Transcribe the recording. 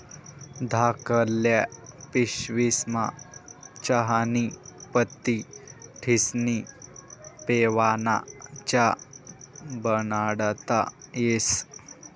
धाकल्ल्या पिशवीस्मा चहानी पत्ती ठिस्नी पेवाना च्या बनाडता येस